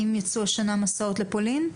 האם יצאו השנה מסעות לפולין?